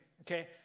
okay